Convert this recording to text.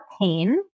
pain